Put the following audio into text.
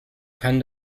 kann